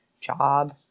job